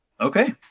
Okay